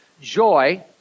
joy